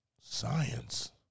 science